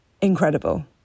incredible